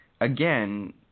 again